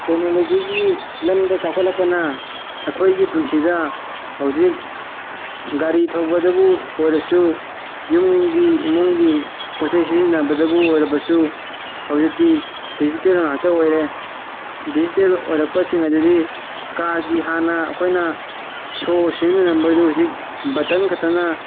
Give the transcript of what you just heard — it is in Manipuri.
ꯇꯦꯛꯅꯣꯂꯣꯖꯤꯒꯤ ꯂꯝꯗ ꯆꯥꯎꯈꯠꯄꯅ ꯑꯩꯈꯣꯏꯒꯤ ꯄꯨꯟꯁꯤꯗ ꯍꯧꯖꯤꯛ ꯒꯥꯔꯤ ꯊꯧꯕꯗꯕꯨ ꯑꯣꯏꯔꯁꯨ ꯌꯨꯝꯒꯤ ꯏꯃꯨꯡꯒꯤ ꯄꯣꯠ ꯆꯩ ꯁꯤꯖꯤꯟꯅꯕꯗꯕꯨ ꯑꯣꯏꯔꯕꯁꯨ ꯍꯧꯖꯤꯛꯇꯤ ꯗꯤꯖꯤꯇꯦꯜ ꯉꯥꯛꯇ ꯑꯣꯏꯔꯦ ꯗꯤꯖꯤꯇꯦꯜ ꯑꯣꯏꯔꯛꯄꯁꯤꯡ ꯑꯗꯨꯗꯤ ꯀꯥꯔꯒꯤ ꯍꯥꯟꯅ ꯑꯩꯈꯣꯏꯅ ꯁꯣ ꯁꯤꯖꯤꯟꯅꯔꯝꯕꯗꯨ ꯍꯧꯖꯤꯛ ꯕꯇꯟ ꯈꯛꯇꯅ